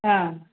ஆ